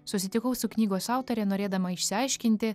susitikau su knygos autore norėdama išsiaiškinti